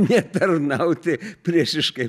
netarnauti priešiškai